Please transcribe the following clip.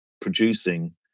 producing